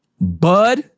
Bud